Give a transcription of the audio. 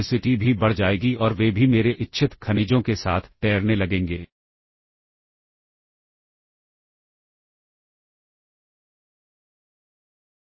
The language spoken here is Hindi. इसलिए इस कॉल को करने से पहले मैंने इस निर्देश LXI SP को कुछ वैध एड्रेस पर क्रियान्वित किया होगा